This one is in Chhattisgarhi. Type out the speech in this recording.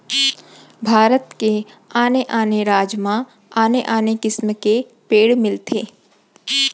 भारत के आने आने राज म आने आने किसम के पेड़ मिलथे